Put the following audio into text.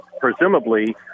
presumably